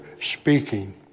speaking